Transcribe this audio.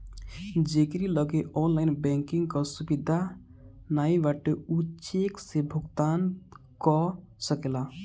जेकरी लगे online banking कअ सुविधा नाइ बाटे उ चेक से भुगतान कअ सकेला